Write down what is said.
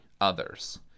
others